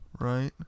right